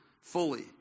fully